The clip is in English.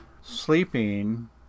sleeping